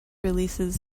releases